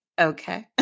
okay